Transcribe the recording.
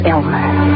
Elmer